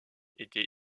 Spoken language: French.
était